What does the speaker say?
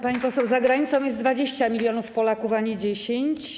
Pani poseł, za granicą jest 20 mln Polaków, a nie 10.